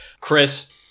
Chris